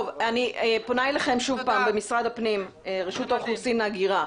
פונה שוב למשרד הפנים, רשות האוכלוסין וההגירה.